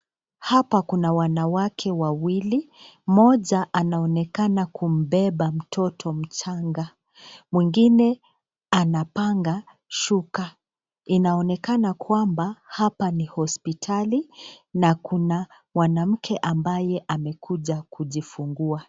Hapa kuna wanawake wawili, mmoja anaonekana kumbeba mtoto mchanga, mwingine anapanga shuka. Inaonekana kwamba hapa ni hospitali na kuna mwanamke ambaye amekuja kujifungua.